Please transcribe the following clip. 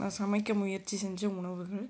நான் சமைக்க முயற்சி செஞ்ச உணவுகள்